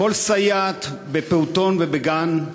כל סייעת בפעוטון ובגן,